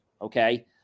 okay